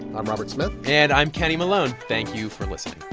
i'm robert smith and i'm kenny malone. thank you for listening